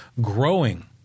growing